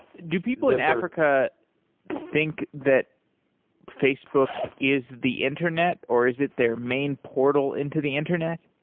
do people in africa think that facebook is the internet, or is it their main portal into the internet?